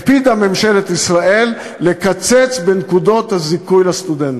הקפידה ממשלת ישראל לקצץ בנקודות הזיכוי לסטודנטים.